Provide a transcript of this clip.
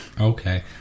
Okay